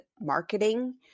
marketing